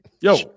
Yo